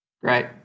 Great